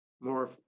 more